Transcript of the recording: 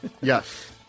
Yes